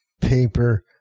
paper